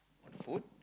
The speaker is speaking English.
full